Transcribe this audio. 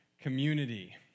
Community